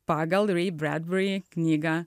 pagal knygą